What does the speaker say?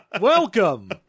Welcome